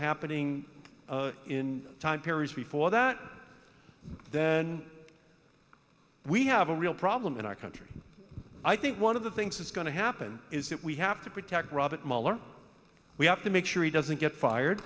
happening in time period before that then we have a real problem in our country i think one of the things that's going to happen is that we have to protect robert mueller we have to make sure he doesn't get fired